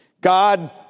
God